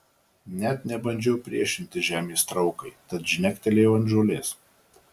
net nebandžiau priešintis žemės traukai tad žnektelėjau ant žolės